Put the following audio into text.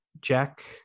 Jack